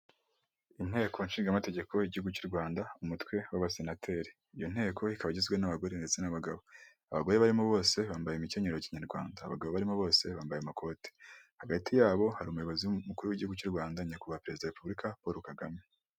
Inteko nshingamategeko y'igihugu cy'u Rwanda umutwe w'abasenateri, iyo nteko ikaba igizwe n'abagore ndetse n'abagabo, abagore bose bambaye imikenyero ya kinyarwanda, abagabo barimo bose bambaye amakoti, hagati yabo hari umuyobozi mukuru w'igihugu cy'u Rwanda Nyakubahwa Perezida wa Repubulika Paul Kagame.